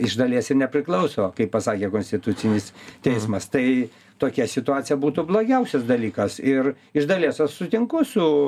iš dalies ir nepriklauso kaip pasakė konstitucinis teismas tai tokia situacija būtų blogiausias dalykas ir iš dalies aš sutinku su